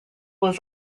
was